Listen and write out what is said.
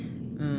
mm